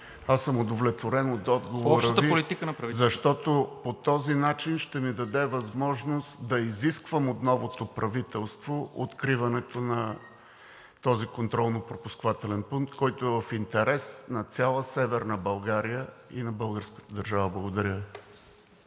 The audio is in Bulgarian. на правителството. ИВО АТАНАСОВ: …защото по този начин ще ми даде възможност да изисквам от новото правителство откриването на контролно-пропускателния пункт, който е в интерес на цяла Северна България и на българската държава. Благодаря